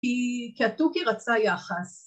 ‫היא כי התוכי רצה יחס.